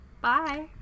Bye